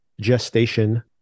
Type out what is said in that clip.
gestation